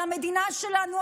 על המדינה שלנו,